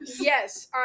Yes